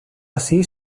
así